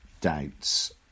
doubts